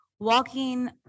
walking